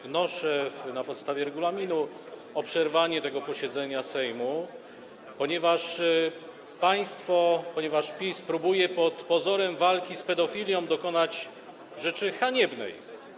Wnoszę na podstawie regulaminu o przerwanie tego posiedzenia Sejmu, ponieważ państwo, ponieważ PiS próbuje pod pozorem walki z pedofilią dokonać rzeczy haniebnej.